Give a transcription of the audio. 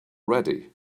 ready